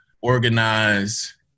organize